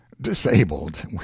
Disabled